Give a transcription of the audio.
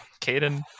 Caden